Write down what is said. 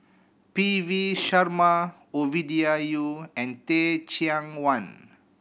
P V Sharma Ovidia Yu and Teh Cheang Wan